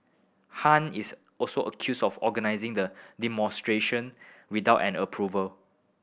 Han is also accused of organising the demonstration without an approval